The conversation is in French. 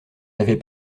n’avez